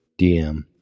DM